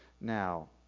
now